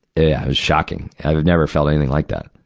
it was shocking. i would never felt anything like that.